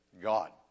God